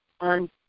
on